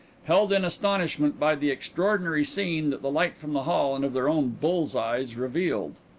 held in astonishment by the extraordinary scene that the light from the hall, and of their own bull's-eyes, revealed.